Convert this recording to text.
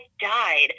died